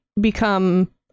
become